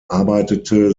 arbeitete